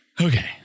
Okay